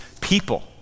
people